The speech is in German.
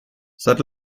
seit